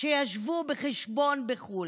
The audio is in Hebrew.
שישבו בחשבון בחו"ל,